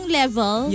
level